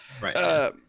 Right